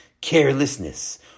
carelessness